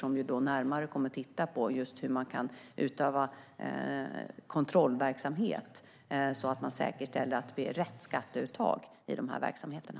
Den kommer närmare att titta på hur man kan utöva kontrollverksamhet, så att man säkerställer att det blir rätt skatteuttag i de här verksamheterna.